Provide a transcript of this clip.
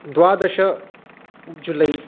द्वादश जुलै